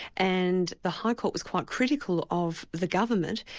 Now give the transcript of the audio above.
and the high court was quite critical of the government,